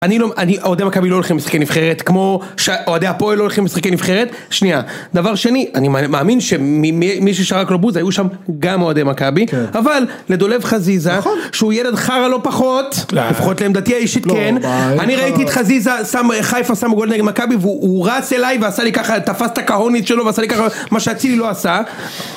אוהדי מכבי לא הולכים למשחקי נבחרת כמו, אוהדי הפועל לא הולכים למשחקי נבחרת, שניה, דבר שני, אני מאמין שמי ששרק לו בוז היו שם גם אוהדי מכבי אבל לדולב חזיזה שהוא ילד חרא לא פחות לפחות לעמדתי האישית כן אני ראיתי את חזיזה, חיפה שם גול נגד מכבי והוא רץ אליי ועשה לי ככה, תפס את הקהונית שלו ועשה לי ככה מה שאצילי לא עשה